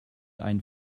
einen